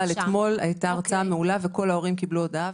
אתמול הייתה הרצאה מעולה וכל ההורים קיבלו הודעה.